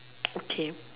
okay